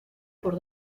por